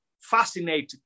fascinating